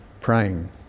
praying